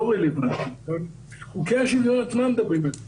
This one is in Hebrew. רלוונטיות אבל חוקי השוויון עצמם מדברים על זה.